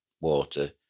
water